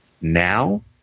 Now